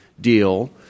deal